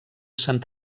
sant